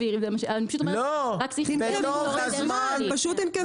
פשוט תנקבו בזמן.